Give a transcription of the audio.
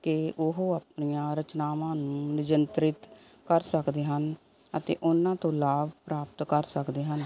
ਕਿ ਉਹ ਆਪਣੀਆਂ ਰਚਨਾਵਾਂ ਨੂੰ ਨਿਯੰਤਰਿਤ ਕਰ ਸਕਦੇ ਹਨ ਅਤੇ ਉਹਨਾਂ ਤੋਂ ਲਾਭ ਪ੍ਰਾਪਤ ਕਰ ਸਕਦੇ ਹਨ